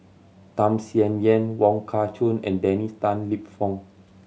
Tham Sien Yen Wong Kah Chun and Dennis Tan Lip Fong